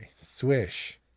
Swish